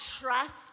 trust